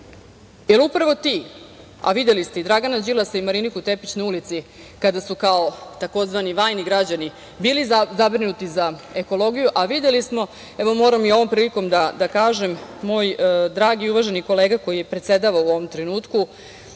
jer upravo ti, a videli ste i Dragana Đilasa i Mariniku Tepić na ulici, kada su kao tzv. "vajni građani" bili zabrinuti za ekologiju. A videli smo, evo moram i ovom prilikom da kažem, moj dragi uvaženi kolega koji predsedava u ovom trenutku